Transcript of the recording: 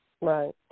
Right